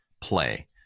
play